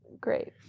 great